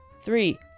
Three